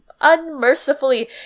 unmercifully